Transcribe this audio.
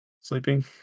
sleeping